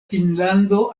finnlando